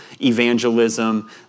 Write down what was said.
evangelism